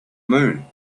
moon